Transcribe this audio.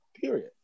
period